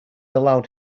allowed